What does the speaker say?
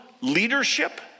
leadership